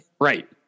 Right